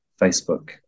facebook